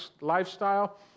lifestyle